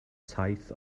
saith